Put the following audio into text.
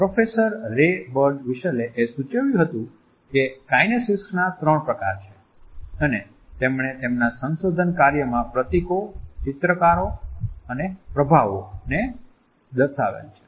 professor Ray બર્ડવિસ્ટેલએ સૂચવ્યું હતું કે કાઈનેસીક્સ ના ત્રણ પ્રકાર છે અને તેમણે તેમના સંશોધન કાર્યમાં પ્રતીકો ચિત્રકારો અને પ્રભાવો emblems illustrators and affect displays ને દર્શાવેલ છે